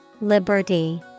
Liberty